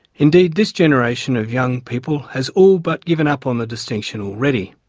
indeed this generation of young people has all but given up on the distinction already.